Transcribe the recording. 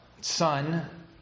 son